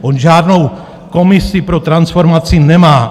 On žádnou komisi pro transformaci nemá.